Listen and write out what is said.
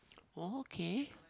oh okay